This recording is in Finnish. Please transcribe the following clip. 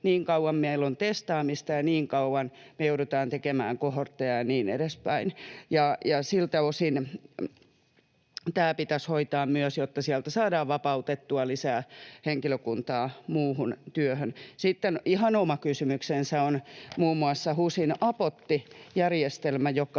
niin kauan meillä on testaamista ja niin kauan me joudutaan tekemään kohortteja ja niin edespäin. Siltä osin tämä pitäisi hoitaa myös, jotta sieltä saadaan vapautettua lisää henkilökuntaa muuhun työhön. Sitten ihan oma kysymyksensä on muun muassa HUSin Apotti-järjestelmä, joka